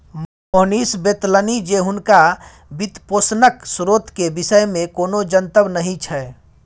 मोहनीश बतेलनि जे हुनका वित्तपोषणक स्रोत केर विषयमे कोनो जनतब नहि छै